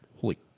holy